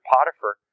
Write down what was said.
Potiphar